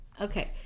Okay